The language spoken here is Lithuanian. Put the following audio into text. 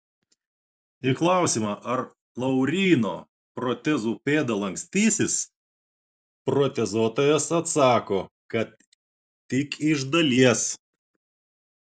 į klausimą ar lauryno protezų pėda lankstysis protezuotojas atsako kad tik iš dalies